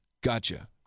Gotcha